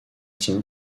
tient